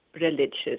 religious